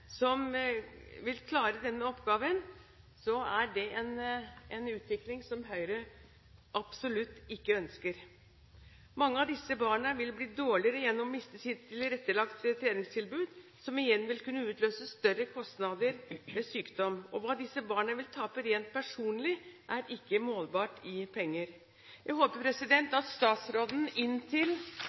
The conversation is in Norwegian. som vil klare denne oppgaven, er det en utvikling som Høyre absolutt ikke ønsker. Mange av disse barna vil bli dårligere gjennom å miste sitt tilrettelagte treningstilbud, som igjen vil kunne utløse større kostnader ved sykdom. Hva disse barna vil tape rent personlig, er ikke målbart i penger. Jeg håper at statsråden inntil hun har mulighet til